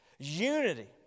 Unity